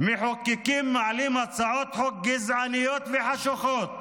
מחוקקים מעלים הצעות חוק גזעניות וחשוכות